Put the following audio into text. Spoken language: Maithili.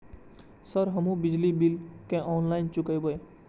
सर हमू बिजली बील केना ऑनलाईन चुकेबे?